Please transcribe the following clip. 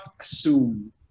assume